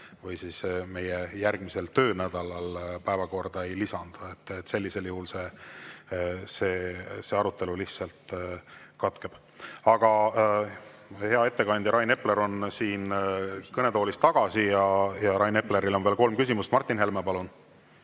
või meie järgmisel töönädalal seda päevakorda ei lisata. Sellisel juhul see arutelu lihtsalt katkeb. Aga hea ettekandja Rain Epler on kõnetoolis tagasi ja Rain Eplerile on veel kolm küsimust. Martin Helme, palun!